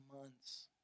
months